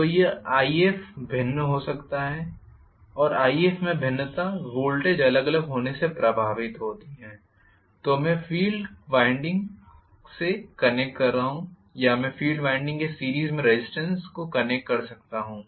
तो यह If भिन्न हो सकता है और If में भिन्नता वोल्टेज अलग अलग होने से प्रभावित हो सकती है तो मैं फ़ील्ड वाइंडिंग से कनेक्ट कर रहा हूं या मैं फ़ील्ड वाइंडिंग के सीरीस में रेज़िस्टेन्स को कनेक्ट कर सकता हूं